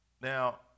Now